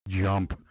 jump